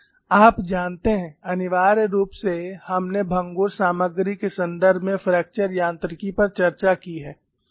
आप जानते हैं अनिवार्य रूप से हमने भंगुर सामग्री के संदर्भ में फ्रैक्चर यांत्रिकी पर चर्चा की है